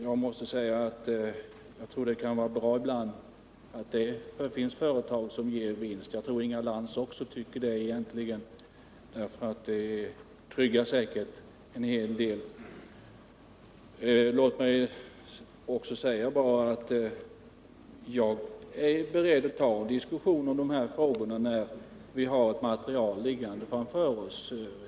Jag vill bara säga att jag tror att det kan vara bra ibland att det finns företag som ger vinst — egentligen tycker nog också Inga Lantz det — för det skapar trots allt trygghet. Låt mig till sist säga när det gäller frågan om läromedlen att jag är beredd att ta en diskussion om detta när vi har ett material liggande framför oss.